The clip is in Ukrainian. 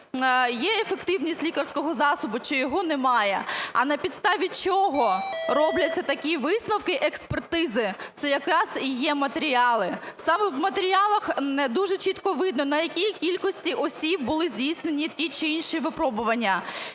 є ефективність лікарського засобу, чи його немає. А на підставі чого робляться такі висновки експертизи, це якраз і є матеріали. Саме в матеріалах не дуже чітко видно, на якій кількості осіб були здійснені ті чи інші випробування,